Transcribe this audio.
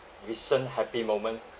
recent happy moment